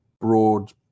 broad